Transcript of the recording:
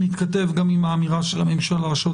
זה מתכתב גם עם האמירה של הממשלה שעוד